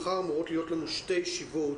מחר אמורות להיות לנו שתי ישיבות.